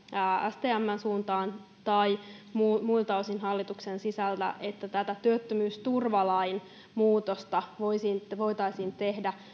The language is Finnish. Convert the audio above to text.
stmn suuntaan tai muilta muilta osin hallituksen sisällä että myöskin tätä työttömyysturvalain muutosta voitaisiin tehdä